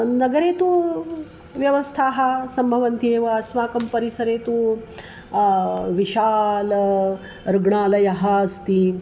नगरे तू व्यवस्थाः सम्भवन्ति एव अस्माकं परिसरे तु विशालः रुग्णालयः अस्ति